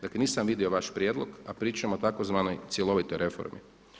Dakle nisam vidio vaš prijedlog a pričamo o tzv. cjelovitoj reformi.